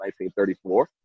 1934